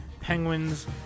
penguins